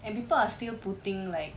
and people are still putting like